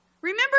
Remember